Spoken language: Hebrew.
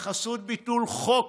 בחסות ביטול חוק,